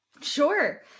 Sure